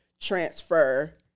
transfer